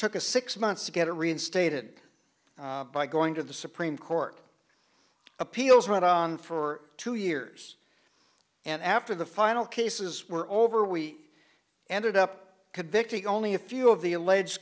took a six months to get a reinstated by going to the supreme court appeals went on for two years and after the final cases were over we ended up convicting only a few of the alleged